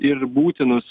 ir būtinus